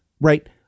Right